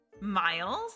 Miles